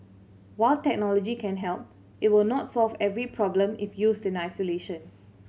while technology can help it will not solve every problem if used in isolation